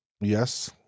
Yes